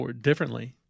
differently